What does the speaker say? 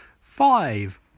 five